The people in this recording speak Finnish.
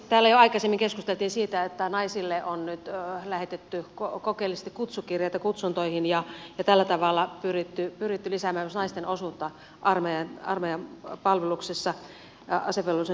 täällä jo aikaisemmin keskusteltiin siitä että naisille on nyt lähetetty kokeellisesti kutsukirjeitä kutsuntoihin ja tällä tavalla pyritty lisäämään myös naisten osuutta armeijan palveluksessa asevelvollisuuden suorittamisessa